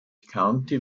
county